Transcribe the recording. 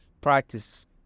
practices